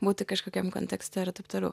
būti kažkokiam kontekste ir taip toliau